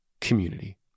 community